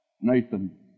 Nathan